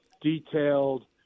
detailed